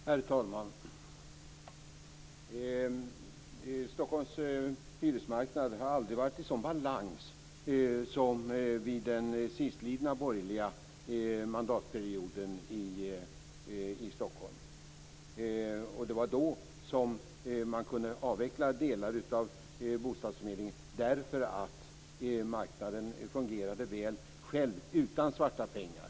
Herr talman! Stockholms hyresmarknad har aldrig varit i sådan balans som under den sistlidna borgerliga mandatperioden i Stockholm. Det var då som delar av bostadsförmedlingen kunde avvecklas, och det var för att marknaden fungerade väl utan svarta pengar.